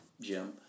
Jim